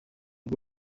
rwo